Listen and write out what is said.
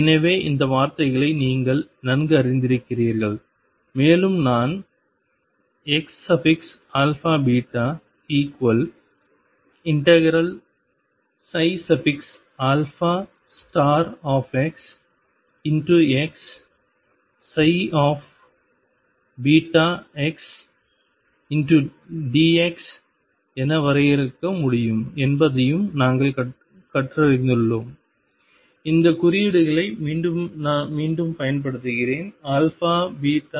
எனவே இந்த வார்த்தைகளை நீங்கள் நன்கு அறிந்திருக்கிறீர்கள் மேலும் நான் xαβ∫xxxdx என வரையறுக்க முடியும் என்பதையும் நாங்கள் கண்டறிந்துள்ளோம் இந்த குறியீடுகளை நான் மீண்டும் மீண்டும் பயன்படுத்துகிறேன் α β m n